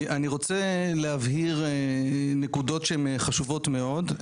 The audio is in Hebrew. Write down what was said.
אני רוצה להבהיר נקודות שהן חשובות מאוד,